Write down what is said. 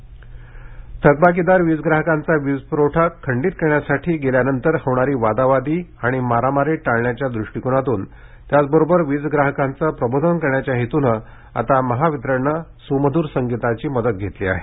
वीज थकबाकी थकबाकीदार वीज ग्राहकांचा वीज पुरवठा खंडित करण्यासाठी गेल्यानंतर होणारी वादावादी आणि मारामारी टाळण्याच्या दृष्टिकोनातून त्याचबरोबर वीज ग्राहकांचे प्रबोधन करण्याच्या हेतूनं आता महावितरणने सुमधूर संगीताची मदत घेतली आहे